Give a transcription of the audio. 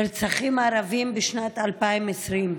נרצחים ערבים בשנת 2020: